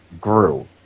grew